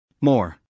More